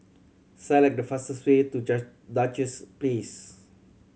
select the fastest way to Duchess Place